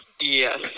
yes